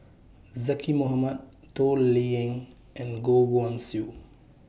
Zaqy Mohamad Toh Liying and Goh Guan Siew